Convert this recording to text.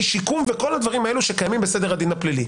שיקום וכל הדברים האלה שקיימים בסדר הדין הפלילי.